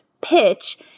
pitch